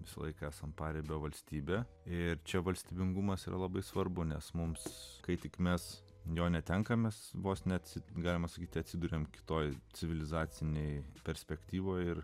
besilaikantis ant paribio valstybe ir čia valstybingumas yra labai svarbu nes mums kai tik mes jo netenkamas vos neatsidūrė galima sakyti atsiduriame kitoje civilizacinėje perspektyvoje